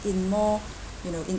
in more you know in